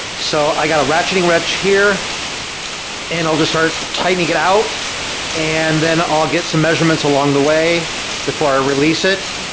so, i got a ratcheting wrench here and i'll just start tightening it out and then i'll get some measurements along the way before i release it.